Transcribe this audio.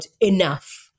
enough